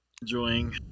enjoying